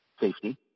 Safety